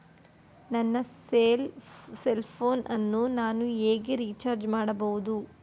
ನನ್ನ cell phone ಅನ್ನು ನಾನು ಹೇಗೆ ರಿಚಾರ್ಜ್ ಮಾಡಬಹುದು?